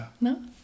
No